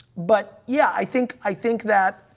but yeah, i think, i think that